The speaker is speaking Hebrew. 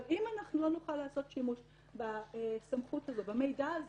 אם לא נוכל לעשות שימוש בסמכות, במידע הזה,